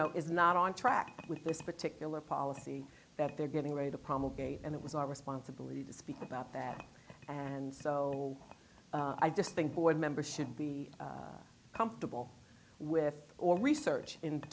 know is not on track with this particular policy that they're getting ready to promulgated and it was our responsibility to speak about that and so i just think board members should be comfortable with or research in